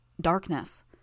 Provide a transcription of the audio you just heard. Darkness